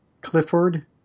Clifford